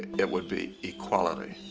it would be equality.